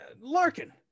Larkin